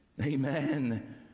Amen